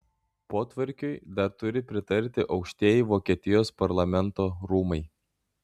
potvarkiui dar turi pritarti aukštieji vokietijos parlamento rūmai